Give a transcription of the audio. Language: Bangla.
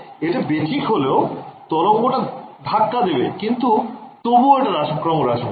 এটা বেঠিক হলেও তরঙ্গ টা ধাক্কা দেবে কিন্তু তবুও এটা ক্রমহ্রাসমান